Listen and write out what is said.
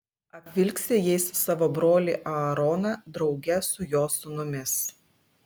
apvilksi jais savo brolį aaroną drauge su jo sūnumis